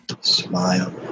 Smile